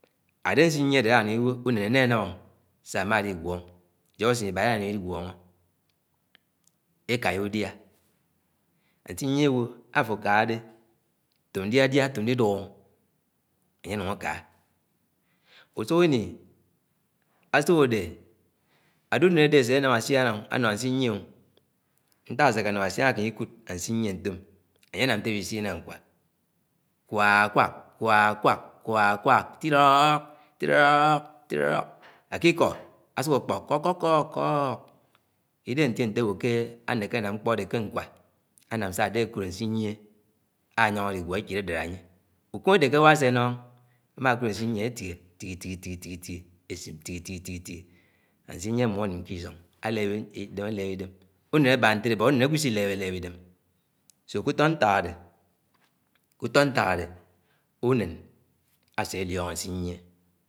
Ádé ñsiñyéné ádé álánúng iwo únén ánénám a sáa ámáligúọ ékáyá údíá ànsiñyie àwó àfó káhádé "tóm diadiá tóm lidúk” ánye ñung aka. Úsúkini ándé únén àdé áséánàm àsian ànọ áninyéré. Ñtãk ásékénám ásian akama ikúd ànsinyie ñtóm añye ànám ñté áwie siñe ñkwa “Kwaãkwak, kwáákwak kwáákwak tilọọd tilọọd tilọọd" àkikó ásúkpọk kóikikọọkọọ idéhé ñté áwó àñèhé añam m̃kpõ ádé ké ñkwa, ánàm sãàdé ákúd àsinyéné ányõng áligúo échid àdáf anye. Úkém ádé ké èwá ásénám, ámàkúd ánsinyéné ánye áfie tihi-tihi-tihi ésim tihi-tihi-tihi añsinyie àmúm ánim ke isóng álép idem álép idém. Úñen ábá ñtélé ádè úñen agwo isilebéléb, kútọ ñtãk àdé únén ásélióngó añsinyie.